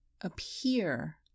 appear